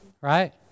Right